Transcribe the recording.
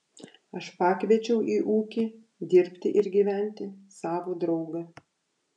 aš pakviečiau į ūkį dirbti ir gyventi savo draugą